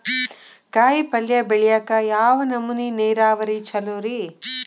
ಕಾಯಿಪಲ್ಯ ಬೆಳಿಯಾಕ ಯಾವ ನಮೂನಿ ನೇರಾವರಿ ಛಲೋ ರಿ?